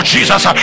Jesus